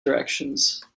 directions